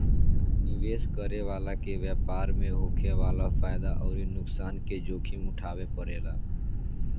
निवेश करे वाला के व्यापार में होखे वाला फायदा अउरी नुकसान के जोखिम उठावे के पड़ेला